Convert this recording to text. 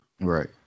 Right